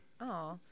Aw